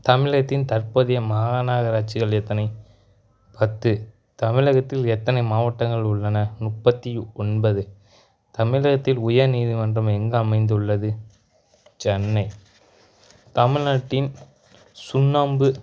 தமிழகத்தின் தற்போதைய மாநகராட்சிகள் எத்தனை பத்து தமிழகத்தில் எத்தனை மாவட்டங்கள் உள்ளன முப்பத்தி ஒன்பது தமிழகத்தில் உயர்நீதிமன்றம் எங்கு அமைந்துள்ளது சென்னை தமிழ்நாட்டின் சுண்ணாம்பு